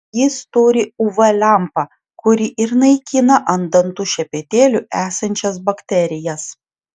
jis turi uv lempą kuri ir naikina ant dantų šepetėlių esančias bakterijas